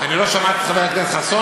אני לא שמעתי את חבר הכנסת חסון,